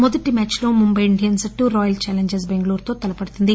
మొదటి మ్యాద్ లో ముంబై ఇండియన్స్ జట్టు రాయల్ ఛాలెంజర్స్ బెంగుళూరుతో తలపడుతుంది